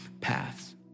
paths